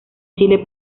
chile